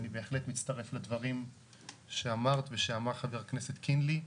אני בהחלט מצטרף לדברים שאמרת ושאמר חבר הכנסת קינלי.